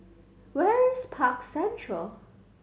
where is Park Central